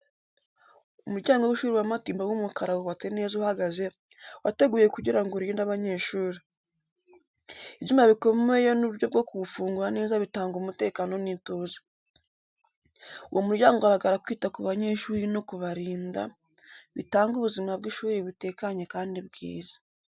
Umuryango w’ishuri wa Matimba w’umukara wubatse neza uhagaze, wateguwe kugira ngo urinde abanyeshuri. Ibyuma bikomeye n’uburyo bwo kuwufunga neza bitanga umutekano n’ituze. Uwo muryango ugaragaza kwita ku banyeshuri no kubarinda, bitanga ubuzima bw’ishuri butekanye kandi bwiza.